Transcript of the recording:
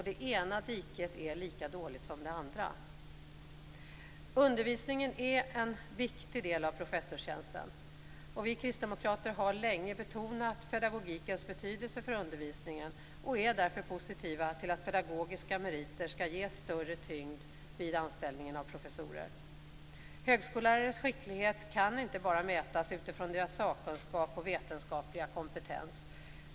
Det ena diket är lika dåligt som det andra. Undervisningen är en viktig del av professorstjänsten. Vi kristdemokrater har länge betonat pedagogikens betydelse för undervisningen och är därför positiva till att pedagogiska meriter skall ges större tyngd vid anställning av professorer. Högskollärares skicklighet kan inte mätas bara utifrån deras sakkunskap och vetenskapliga kompetens.